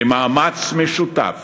למאמץ משותף